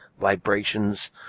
vibrations